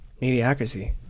Mediocrity